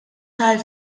tal